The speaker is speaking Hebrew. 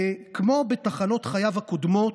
כמו בתחנות חייו הקודמות,